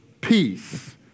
peace